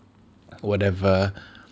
whatever